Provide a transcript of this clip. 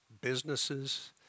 businesses